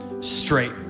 straight